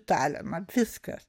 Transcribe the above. italiją man viskas